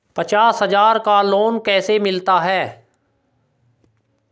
पचास हज़ार का लोन कैसे मिलता है?